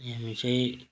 यहाँ हामी चाहिँ